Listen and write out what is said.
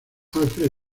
alfred